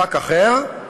מספק אחר,